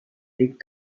dick